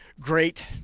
Great